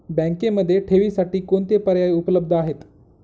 बँकेमध्ये ठेवींसाठी कोणते पर्याय उपलब्ध आहेत?